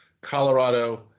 Colorado